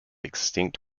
extinct